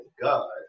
God